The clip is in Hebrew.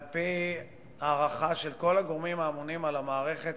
על-פי הערכה של כל הגורמים האמונים על המערכת,